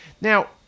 Now